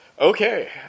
Okay